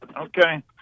okay